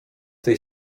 tej